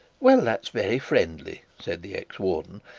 well, that's very friendly said the ex-warden.